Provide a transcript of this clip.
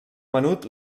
menut